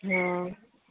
ହଁ